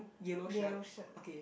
yellow shirt